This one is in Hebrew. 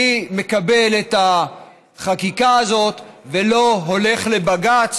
אני מקבל את החקיקה הזאת ולא הולך לבג"ץ